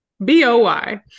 boy